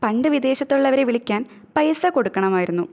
പണ്ട് വിദേശത്തുള്ളവരെ വിളിക്കാൻ പൈസ കൊടുക്കണമായിരുന്നു